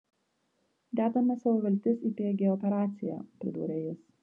dedame savo viltis į pg operaciją pridūrė jis